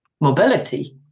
mobility